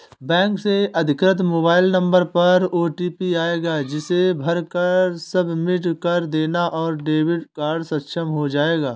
bank से अधिकृत mobile number पर ओटीपी आएगा जिसे भरकर सबमिट कर देना है और डेबिट कार्ड अक्षम हो जाएगा